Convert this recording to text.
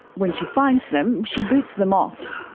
when she finds them, she boots them off.